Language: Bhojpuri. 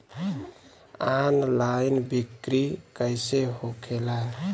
ऑनलाइन बिक्री कैसे होखेला?